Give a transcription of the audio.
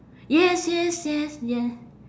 yes yes yes yeah